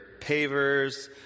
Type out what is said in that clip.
pavers